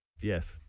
Yes